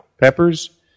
peppers